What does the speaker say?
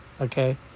okay